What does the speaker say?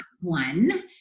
one